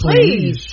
Please